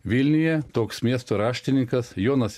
vilniuje toks miesto raštininkas jonas